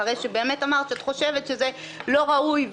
אחרי שבאמת אמרת שאת חושבת שזה לא ראוי,